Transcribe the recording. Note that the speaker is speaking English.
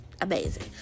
amazing